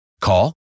Call